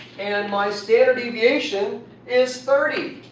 and my standard deviation is thirty.